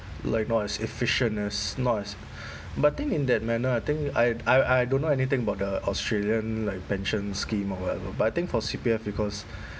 like not as efficient as not as but I think in that manner I think I I I don't know anything about the australian like pension scheme or whatever but I think for C_P_F because